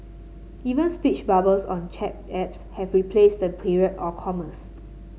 even speech bubbles on chat apps have replaced the period or commas